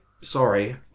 Sorry